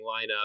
lineup